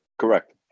Correct